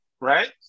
right